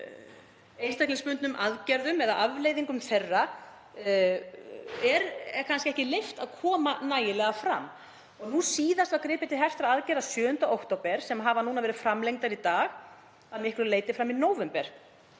er kannski ekki leyft að koma nægilega fram. Nú síðast var gripið til hertra aðgerða 7. október sem hafa núna verið framlengdar í dag að miklu leyti fram í nóvember